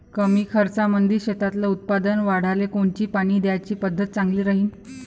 कमी खर्चामंदी शेतातलं उत्पादन वाढाले कोनची पानी द्याची पद्धत चांगली राहीन?